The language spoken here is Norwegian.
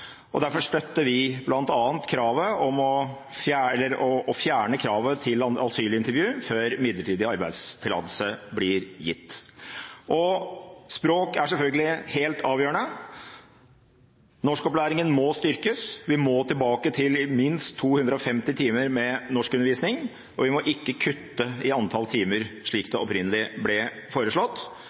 og derfor støtter vi bl.a. å fjerne kravet til asylintervju før midlertidig arbeidstillatelse blir gitt. Språk er selvfølgelig helt avgjørende. Norskopplæringen må styrkes. Vi må tilbake til minst 250 timer med norskundervisning, og vi må ikke kutte i antall timer, slik det opprinnelig ble foreslått.